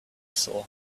saw